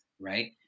right